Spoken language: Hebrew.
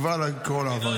כבר לקרוא לו עבריין.